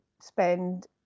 spend